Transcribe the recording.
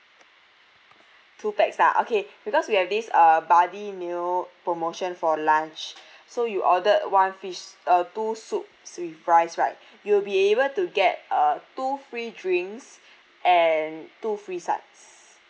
two pax lah okay because we have this uh buddy meal promotion for lunch so you ordered one fish uh two soups with rice right you'll be able to get uh two free drinks and two free sides